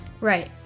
Right